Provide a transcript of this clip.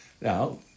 Now